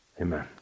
Amen